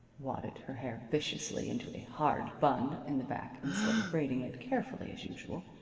wadded her hair viciously into a hard bun in the back instead of braiding it carefully as usual,